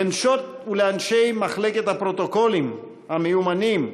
לנשות ולאנשי מחלקת הפרוטוקולים המיומנים,